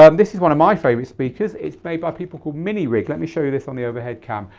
um this is one of my favourite speakers. it's made by people called minirig. let me show you this on the overhead cam.